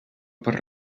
per